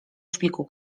szpiku